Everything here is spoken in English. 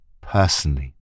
personally